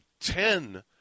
ten